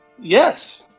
Yes